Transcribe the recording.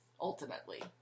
ultimately